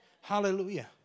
Hallelujah